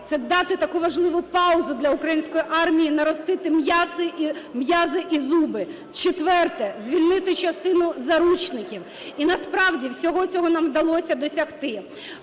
це дати таку важливу паузу для української армії наростити м'язи і зуби; четверте – звільнити частину заручників і насправді всього цього нам вдалося досягти.